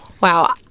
Wow